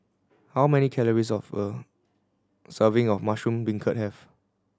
how many calories of a serving of mushroom beancurd have